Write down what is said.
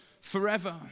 forever